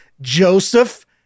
joseph